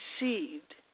received